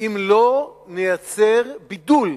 אם לא נייצר בידול